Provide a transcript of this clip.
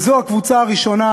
וזו הקבוצה הראשונה,